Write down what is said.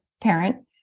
parent